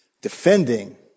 defending